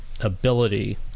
ability